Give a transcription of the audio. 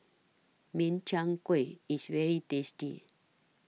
Min Chiang Kueh IS very tasty